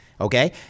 okay